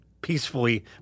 peacefully